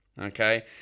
okay